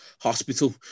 hospital